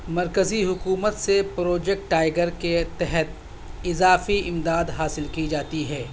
مرکزی حکومت سے پروجیکٹ ٹائیگر کے تحت اضافی امداد حاصل کی جاتی ہے